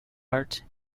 art